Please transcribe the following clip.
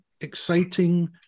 exciting